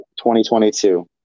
2022